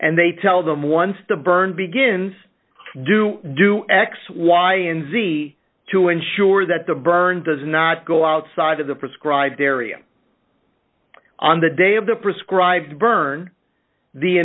and they tell them once the burn begins do do x y and z to ensure that the burn does not go outside of the prescribed area on the day of the prescribed burn the